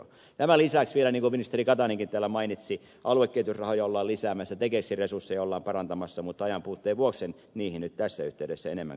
näiden lisäksi vielä niin kuin ministeri katainenkin täällä mainitsi aluekehitysrahoja ollaan lisäämässä tekesin resursseja ollaan parantamassa mutta ajan puutteen vuoksi en niihin nyt tässä yhteydessä enempää kajoa